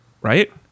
right